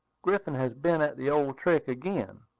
griffin has been at the old trick again.